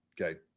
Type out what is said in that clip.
Okay